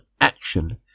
action